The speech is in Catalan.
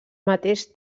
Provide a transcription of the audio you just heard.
mateix